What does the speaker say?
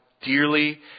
dearly